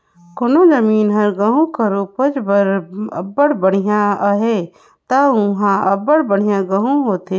कोनो जमीन हर गहूँ कर उपज बर अब्बड़ बड़िहा अहे ता उहां अब्बड़ बढ़ियां गहूँ होथे